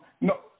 No